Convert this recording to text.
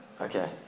Okay